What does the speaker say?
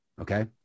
okay